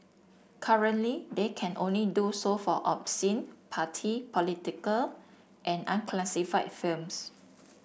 currently they can only do so for obscene party political and unclassified films